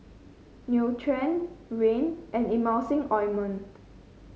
Nutren Rene and Emulsying Ointment